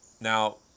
Now